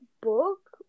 book